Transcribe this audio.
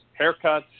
haircuts